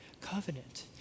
covenant